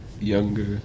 younger